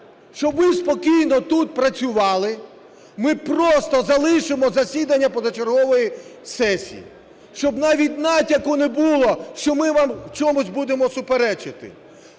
Щоб ви спокійно тут працювали, ми просто залишимо засідання позачергової сесії, щоб навіть натяку не було, що ми вам в чомусь будемо суперечити.